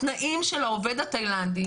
התנאים של העובד התאילנדי,